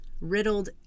riddled